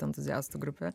entuziastų grupė